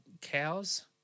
cows